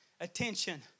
attention